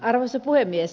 arvoisa puhemies